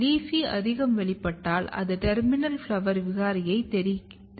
LEAFY அதிகம் வெளிப்பட்டால் அது TERMINAL FLOWER விகாரியாக தெரிகிறது